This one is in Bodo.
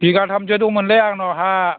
बिगाथामसो दंमोनलै आंनाव हा